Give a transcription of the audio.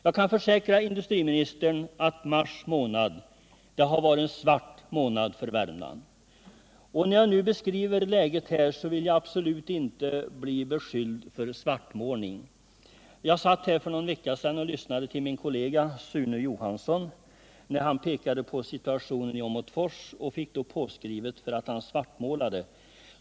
Jag kan försäkra industriministern att mars månad varit en svart månad för Värmland. Och när jag nu här beskrivit läget så vill jag absolut inte bli beskylld för svartmålning. Jag satt här för någon vecka sedan och lyssnade till min kollega Sune Johansson när han pekade på situationen i Åmotfors och då fick påskrivet för att han svartmålade.